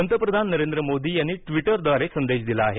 पंतप्रधान नरेंद्र मोदी यांनी ट्वीटरद्वारे संदेश दिला आहे